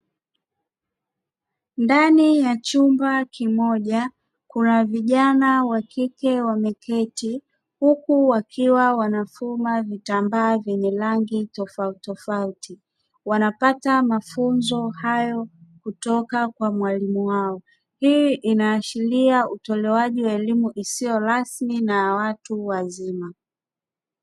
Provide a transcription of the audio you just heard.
Ndani ya chumba kimoja kuna vijana wa kike wamekiti huku wakiwa wanafuma vitambaa vyenye rangi tofautitofauti, wanapata mafunzo hayo kutoka kwa mwalimu wao. Hii inaashiria utolewaji wa elimu isiyo rasmi na ya watu wazima.